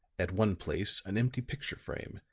at one place an empty picture frame,